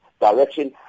direction